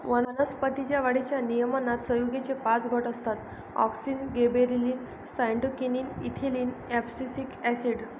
वनस्पतीं च्या वाढीच्या नियमनात संयुगेचे पाच गट असतातः auxin, gibberellin, cytokinin, ethylene, abscisic acid